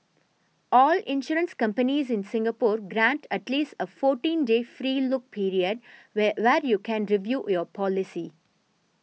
all insurance companies in Singapore grant at least a fourteen day free look period where where you can review your policy